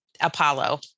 Apollo